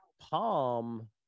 palm